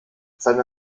seine